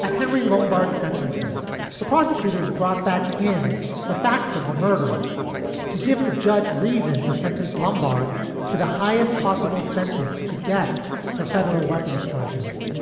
and henry lombards sentencing the prosecutors brought back in the facts of the murders to give the judge reason to sentence lumbered to the highest possible sentence you could get for federal weapons charges.